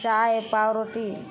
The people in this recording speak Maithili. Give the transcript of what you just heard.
चाइ पावरोटी